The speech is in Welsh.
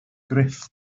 gruff